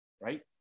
right